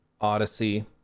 Odyssey